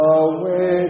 away